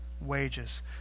wages